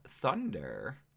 Thunder